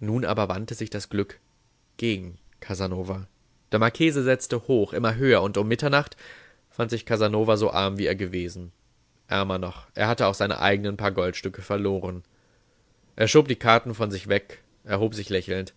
nun aber wandte sich das glück gegen casanova der marchese setzte hoch immer höher und um mitternacht fand sich casanova so arm wie er gewesen ärmer noch er hatte auch seine eigenen paar goldstücke verloren er schob die karten von sich weg erhob sich lächelnd